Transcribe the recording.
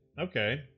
Okay